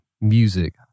music